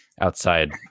outside